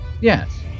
yes